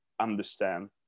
understand